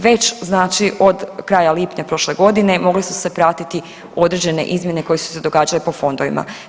Već znači od kraja lipnja prošle godine mogle su se pratiti određene izmjene koje su se događale po fondovima.